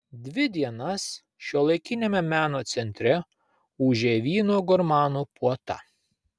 dvi dienas šiuolaikiniame meno centre ūžė vyno gurmanų puota